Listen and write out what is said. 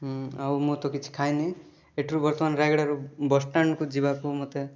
ହୁଁ ଆଉ ମୁଁ ତ କିଛି ଖାଇନି ଏଠୁରୁ ବର୍ତ୍ତମାନ ରାୟଗଡ଼ାରୁ ବସ୍ଷ୍ଟାଣ୍ଡ ଯିବାକୁ ମୋତେ